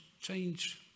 change